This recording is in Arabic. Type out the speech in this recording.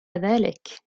ذلك